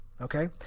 Okay